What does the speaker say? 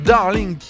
Darling